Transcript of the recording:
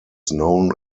known